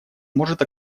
может